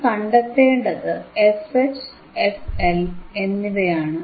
ഇനി കണ്ടെത്തേണ്ടത് fH fL എന്നിവയാണ്